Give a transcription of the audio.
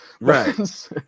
Right